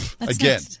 again